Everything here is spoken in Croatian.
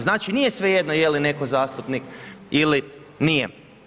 Znači nije svejedno je li netko zastupnik ili nije.